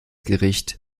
gericht